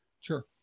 Sure